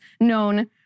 known